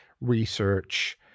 research